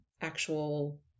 actual